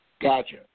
Gotcha